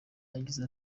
yagize